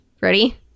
Ready